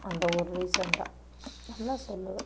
அந்த ஒரு ரீசன் தான் நல்லா சொல்லுவேன்